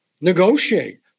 negotiate